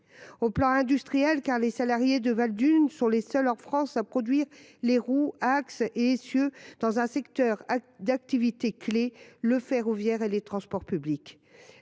Rappelons que les salariés de Valdunes sont les seuls en France à produire les roues, axes et essieux dans un secteur d’activité clé : le ferroviaire et les transports publics.